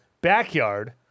backyard